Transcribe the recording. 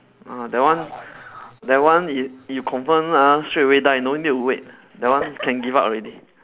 mm that one that one you you confirm ah straightaway die no need to wait that one can give up already